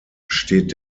steht